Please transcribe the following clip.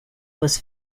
was